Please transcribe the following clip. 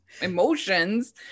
emotions